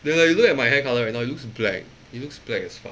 like you look at my hair color right you now it looks black it looks black as fuck